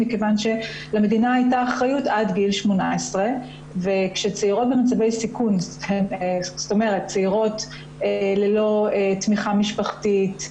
כיוון שלמדינה הייתה אחריות עד גיל 18. צעירות ללא תמיכה משפחתית,